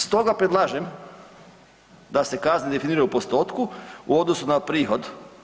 Stoga predlažem da se kazne definiraju u postotku u odnosu na prihod.